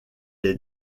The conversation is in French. est